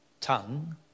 tongue